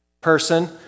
person